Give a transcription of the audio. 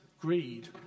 greed